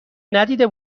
ندیده